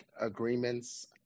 agreements